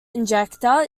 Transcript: injector